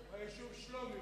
היישוב שלומי,